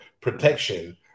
protection